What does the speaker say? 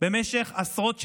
במשך עשרות שנים,